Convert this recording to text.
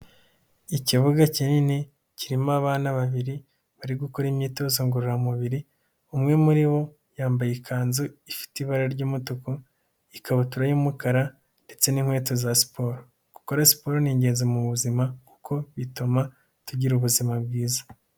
Ikibuga kinini kirimo abana babiri bari gukora imyitozo ngororamubiri, umwe muri bo yambaye ikanzu ifite ibara ry'umutuku, ikabutura y'umukara ndetse n'inkweto za siporo. Gukora siporo ni ingenzi mu buzima kuko bituma tugira ubuzima bwiza.